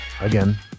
Again